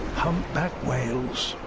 humpback whales.